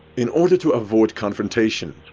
in order to avoid confrontation,